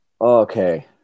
Okay